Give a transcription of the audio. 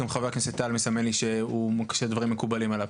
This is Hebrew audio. גם חבר הכנסת טל מסמן לי שהדברים מקובלים עליו.